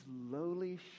lowly